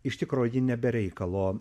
iš tikro ji ne be reikalo